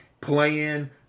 playing